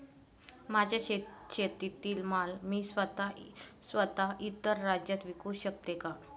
माझ्या शेतातील माल मी स्वत: इतर राज्यात विकू शकते का?